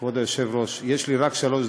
כבוד היושב-ראש, יש לי רק שלוש דקות,